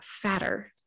fatter